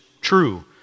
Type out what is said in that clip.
true